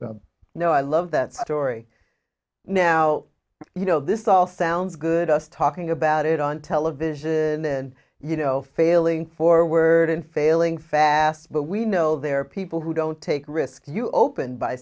no i love that story now you know this all sounds good us talking about it on television and then you know failing forward and failing fast but we know there are people who don't take risks you opened by